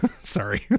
sorry